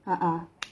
ah ah